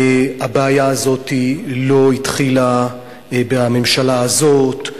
הבעיה הזאת לא התחילה בממשלה הזאת,